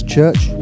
Church